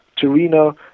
Torino